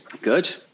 Good